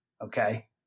okay